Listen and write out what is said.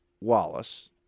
Wallace